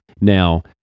Now